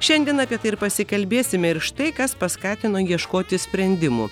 šiandien apie tai ir pasikalbėsime ir štai kas paskatino ieškoti sprendimų